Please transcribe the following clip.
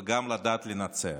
וגם לדעת לנצח.